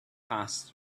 passed